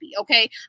okay